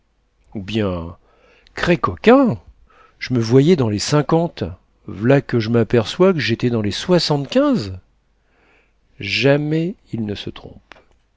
ou bien cré coquin je m'croyais dans les cinquante v'là que j'm'aperçois qu'j'étais dans les soixante-quinze jamais il ne se trompe